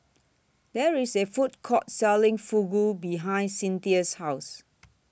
There IS A Food Court Selling Fugu behind Cynthia's House